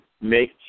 make